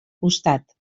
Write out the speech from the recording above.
costat